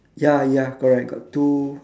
ya ya correct got two